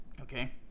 Okay